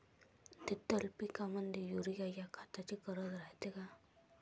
द्विदल पिकामंदी युरीया या खताची गरज रायते का?